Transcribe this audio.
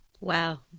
Wow